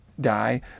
die